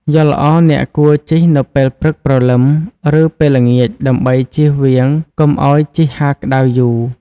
យល់ល្អអ្នកគួរជិះនៅពេលព្រឹកព្រលឹម ឬពេលល្ងាចដើម្បីជៀសវាងកុំឱ្យជិះហាលក្ដៅយូរ។